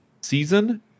season